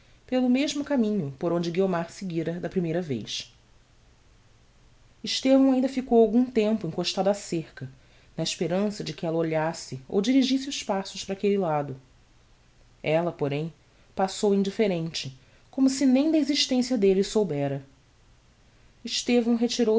pelo mesmo caminho por onde guiomar seguira da primeira vez estevão ainda ficou algum tempo encostado á cerca na esperança de que ella olhasse ou dirigisse os passos para aquelle lado ella porém passou indifferente como se nem da existencia delle soubera estevão